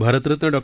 Bharat Ratna Dr